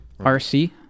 RC